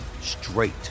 straight